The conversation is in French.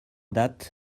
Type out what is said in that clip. date